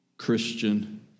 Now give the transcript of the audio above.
Christian